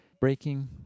breaking